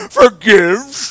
forgives